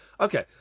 Okay